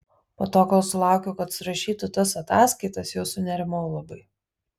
po to kol sulaukiau kad surašytų tas ataskaitas jau sunerimau labai